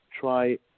try